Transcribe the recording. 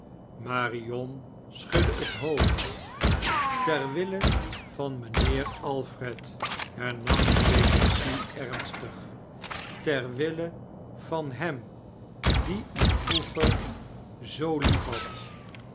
marion schudde het hoofd ter wille van mijnheer alfred hernam clemency ernstig ter wille van hem dien u vroeger zoo liefhadt